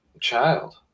child